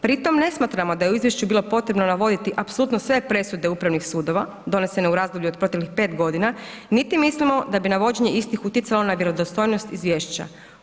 Pri tome ne smatramo da je u izvješću bili potrebno navoditi apsolutno sve presude upravnih sudova donesene u razdoblju od prethodnih 5 godina niti mislimo da bi navođenje istih utjecalo na vjerodostojnost izvješća.